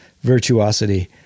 Virtuosity